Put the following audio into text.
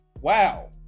Wow